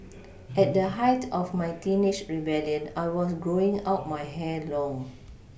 at the height of my teenage rebelLion I was growing out my hair long